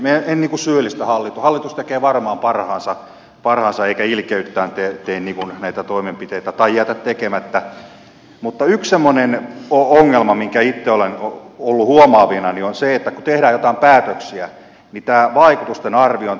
en syyllistä hallitusta hallitus tekee varmaan parhaansa eikä ilkeyttään tee näitä toimenpiteitä tai jätä tekemättä mutta yksi semmoinen ongelma minkä itse olen ollut huomaavinani kun tehdään joitain päätöksiä on tämä vaikutusten arviointi ja sitten tämmöinen nopeampi reagointi